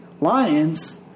Lions